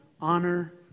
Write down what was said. honor